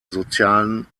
sozialen